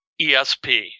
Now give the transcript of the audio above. ESP